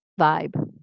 vibe